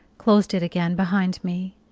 closed it again behind me.